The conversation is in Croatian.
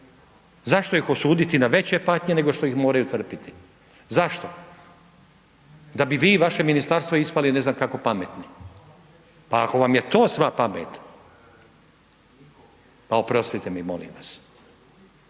zašto ih osuditi na veće patnje nego što ih moraju trpiti, zašto, da bi vi i vaše ministarstvo ispali ne znam kako pametni. Pa ako vam je sva pamet, pa oprostite mi molim vas.